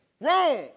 wrong